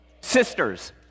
Sisters